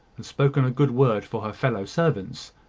and spoken a good word for her fellow-servants,